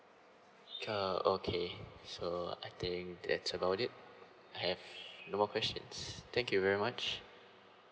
car okay so I think that's about it I have no more questions thank you very much